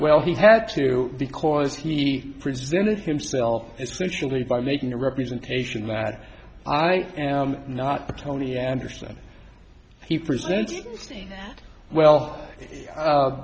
well he had to because he presented himself essentially by making a representation that i am not tony anderson he presented well